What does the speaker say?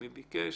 מי ביקש,